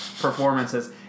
performances